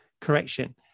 correction